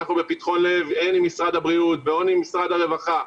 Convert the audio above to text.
אנחנו ב"פתחון לב" עם משרד הבריאות ועם משרד הרווחה,